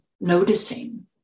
noticing